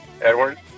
Edward